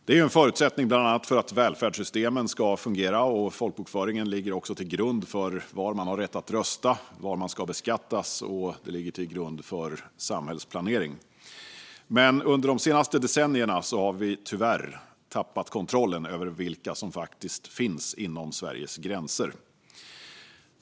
Det är en förutsättning bland annat för att välfärdssystemen ska fungera, och folkbokföringen ligger också till grund för var man har rätt att rösta och var man ska beskattas. Den ligger även till grund för samhällsplanering. Men under de senaste decennierna har vi tyvärr tappat kontrollen över vilka som faktiskt finns inom Sveriges gränser.